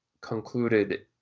concluded